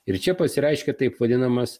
ir čia pasireiškė taip vadinamas